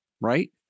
right